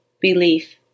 Belief